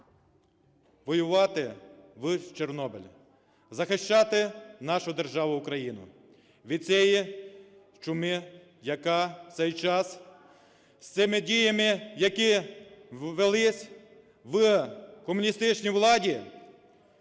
воювати в Чорнобиль, захищати нашу державу Україну від цієї чуми, яка в цей час з цими діями, які велись в комуністичній владі,